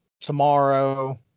tomorrow